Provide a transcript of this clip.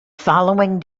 following